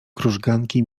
krużganki